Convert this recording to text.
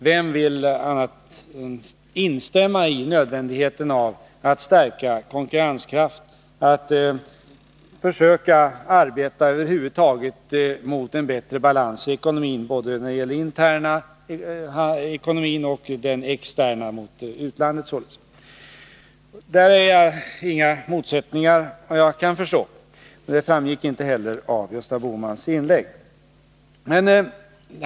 Vem vill annat än instämma i nödvändigheten av att stärka konkurrenskraften, att över huvud taget försöka arbeta mot en bättre balans i ekonomin, när det gäller både den interna ekonomin och den externa mot utlandet. Där är det inga motsättningar, efter vad jag kan förstå. Några sådana framkom inte heller av Gösta Bohmans inlägg.